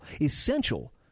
essential